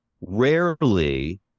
Rarely